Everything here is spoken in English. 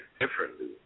differently